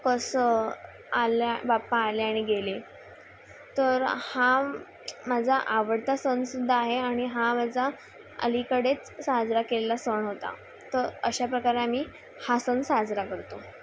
कसं आल्या बापा आल्याने गेले तर हा माझा आवडता सनसुद्धा आहे आणि हा माझा अलीकडेच साजरा केलेला सण होता त अशा प्रकारे आम्ही हा सन साजरा करतो